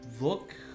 look